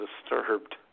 disturbed